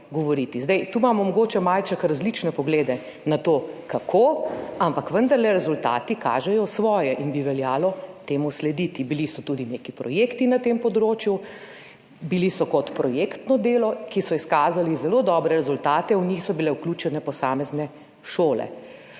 Tu imamo mogoče malček različne poglede na to, kako, ampak vendarle rezultati kažejo svoje in bi veljalo temu slediti. Bili so tudi neki projekti na tem področju, bili so kot projektno delo, ki so izkazali zelo dobre rezultate, v njih so bile vključene posamezne šole.